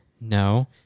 No